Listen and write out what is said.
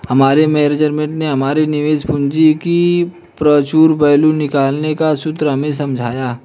हमारे मेनेजर ने हमारे निवेशित पूंजी की फ्यूचर वैल्यू निकालने का सूत्र हमें समझाया